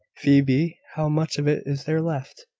phoebe, how much of it is there left?